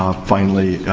um finally,